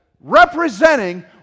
representing